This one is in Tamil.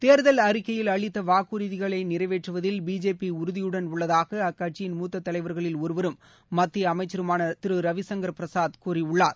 தேர்தல் அறிக்கையில் அளித்த வாக்குறதிகளை நிறைவேற்றுவதில் பிஜேபி உறுதியுடன் உள்ளதாக அக்கட்சியின் மூத்த தலைவர்களின் ஒருவரும் மத்திய அமைச்சருமான திரு ரவிசங்கர் பிரசாத் கூறியுள்ளார்